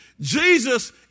Jesus